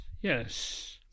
Yes